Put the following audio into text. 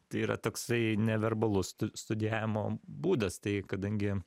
tai yra toksai neverbalus tu studijavimo būdas tai kadangi